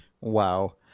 Wow